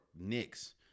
Knicks